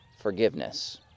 forgiveness